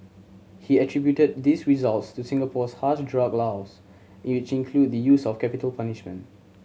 he attributed these results to Singapore's harsh drug laws in which include the use of capital punishment